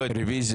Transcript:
לא התקבל.